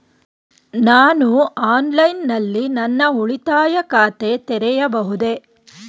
ನಾನು ಆನ್ಲೈನ್ ನಲ್ಲಿ ನನ್ನ ಉಳಿತಾಯ ಖಾತೆ ತೆರೆಯಬಹುದೇ?